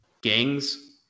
gangs